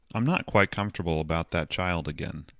i'm not quite comfortable about that child again.